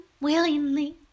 willingly